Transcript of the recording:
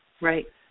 Right